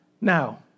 Now